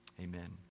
Amen